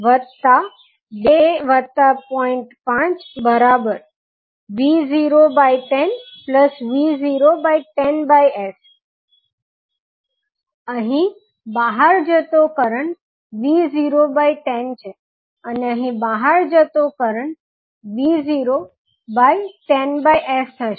5V010V010s અહીં બહાર જતો કરંટ V010 છે અને અહીં બહાર જતો કરંટ V010s થશે